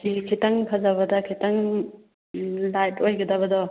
ꯐꯤ ꯈꯤꯇꯪ ꯐꯖꯕꯗ ꯈꯤꯇꯪ ꯂꯥꯏꯠ ꯑꯣꯏꯒꯗꯕꯗꯣ